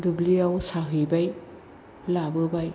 दुब्लियाव साहैबाय लाबोबाय